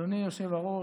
אדוני היושב-ראש,